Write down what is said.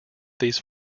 these